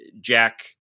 Jack